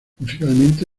musicalmente